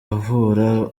uvura